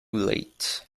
late